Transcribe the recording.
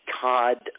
cod